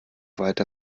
weiter